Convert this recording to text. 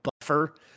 buffer